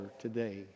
today